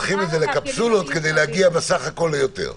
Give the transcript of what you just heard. --- פותחים את זה לקפסולות כדי להגיע בסך הכול ליותר.